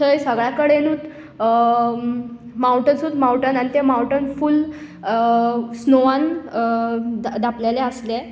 थंय सगळ्यां कडेनूच मावटनसून मावंटन आनी ते मावंटन फूल स्नोवान धाप धापिल्ले आसले